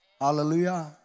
Hallelujah